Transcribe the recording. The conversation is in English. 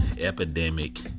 epidemic